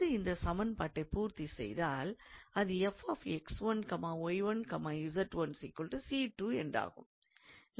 அது இந்தச் சமன்பாட்டை பூர்த்தி செய்தால் அது 𝑓𝑥1𝑦1𝑧1 𝑐2 என்றாகும்